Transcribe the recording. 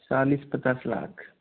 चालीस पचास लाख